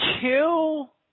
kill